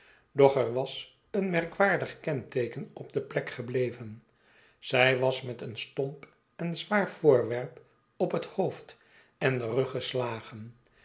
doch er was een merkwaardig kenteeken op de plek gebleven zij was met een stomp en zwaar voorwerp op het hoofd en den rug geslagen